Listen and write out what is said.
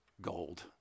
Gold